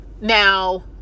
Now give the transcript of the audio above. Now